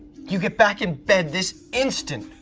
you get back in bed this instant!